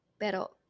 pero